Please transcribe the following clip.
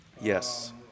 Yes